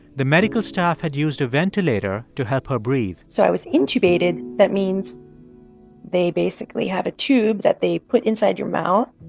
the medical staff had used a ventilator to help her breathe so i was intubated. that means they basically have a tube that they put inside your mouth,